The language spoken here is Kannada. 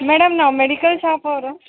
ಮೇಡಮ್ ನಾವು ಮೆಡಿಕಲ್ ಶಾಪವ್ರು